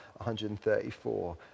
134